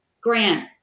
Grant